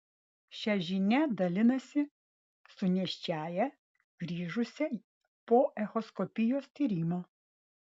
šia žinia dalinasi su nėščiąja grįžusia po echoskopijos tyrimo